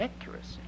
accuracy